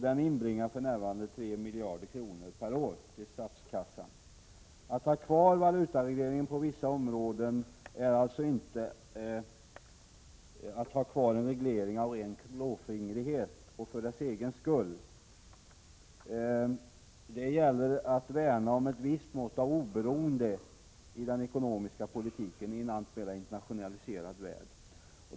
Den inbringar för närvarande 3 miljarder kronor per år till statskassan. Att ha kvar valutaregleringen på vissa områden är alltså inte detsamma som att ha kvar en reglering av ren klåfingrighet och för dess egen skull. Det gäller att värna om ett visst mått av oberoende i den ekonomiska politiken i en alltmer internationaliserad värld.